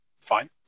fine